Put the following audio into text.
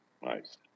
Nice